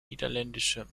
niederländische